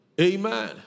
Amen